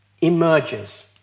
emerges